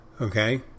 Okay